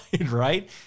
Right